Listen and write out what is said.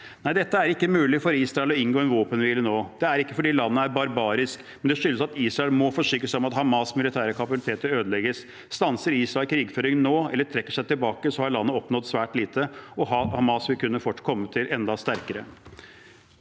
det er ikke mulig for Israel å inngå våpenhvile nå. Det er ikke fordi landet er barbarisk. Det skyldes at Israel må forsikre seg om at Hamas’ militære kapabiliteter ødelegges. Stanser Israel krigføringen nå, eller trekker seg tilbake, har landet oppnådd svært lite, og Hamas vil fort kunne komme enda sterkere